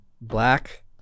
black